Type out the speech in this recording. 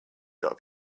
gotta